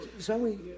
Zoe